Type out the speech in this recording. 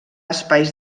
espais